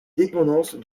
dépendance